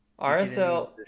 rsl